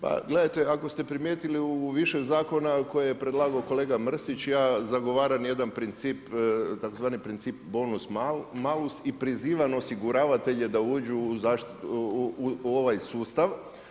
Pa gledajte ako ste primijetili u više zakona koje je predlagao kolega Mrsić, ja zagovaram jedan princip tzv. princip bonus maus i prizivam osiguravatelje da uđu u ovaj sustav.